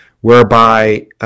whereby